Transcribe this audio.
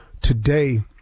today